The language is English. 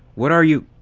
what are you.